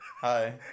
hi